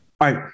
right